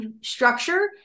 structure